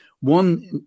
one